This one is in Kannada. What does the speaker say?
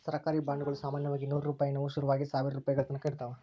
ಸರ್ಕಾರಿ ಬಾಂಡುಗುಳು ಸಾಮಾನ್ಯವಾಗಿ ನೂರು ರೂಪಾಯಿನುವು ಶುರುವಾಗಿ ಸಾವಿರಾರು ರೂಪಾಯಿಗಳತಕನ ಇರುತ್ತವ